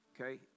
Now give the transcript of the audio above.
Okay